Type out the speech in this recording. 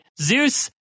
zeus